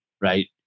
right